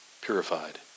purified